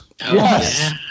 Yes